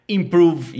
improve